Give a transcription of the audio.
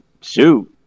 shoot